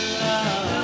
love